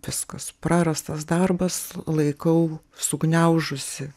viskas prarastas darbas laikau sugniaužusi